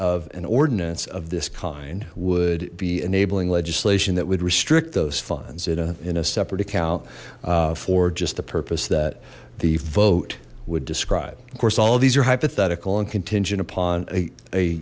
of an ordinance of this kind would be enabling legislation that would restrict those funds in a separate account for just the purpose that the vote would describe of course all of these are hypothetical and contingent upon a